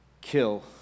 kill